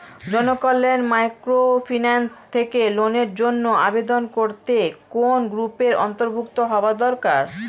Janakalyan microfinance থেকে লোনের জন্য আবেদন করতে কোন গ্রুপের অন্তর্ভুক্ত হওয়া দরকার?